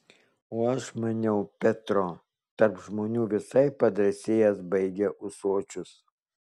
o aš maniau petro tarp žmonių visai padrąsėjęs baigia ūsočius